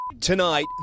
Tonight